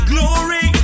Glory